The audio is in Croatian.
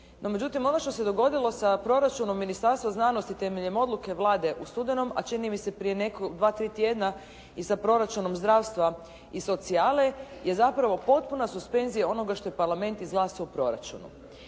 međutim ono što se dogodilo sa proračunom Ministarstva znanosti temeljem odluke Vlade u studenom, a čini mi se prije dva-tri tjedna i sa proračunom zdravstva i socijale je zapravo potpuna suspenzija onoga što je Parlament izglasao u proračunu.